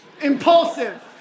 Impulsive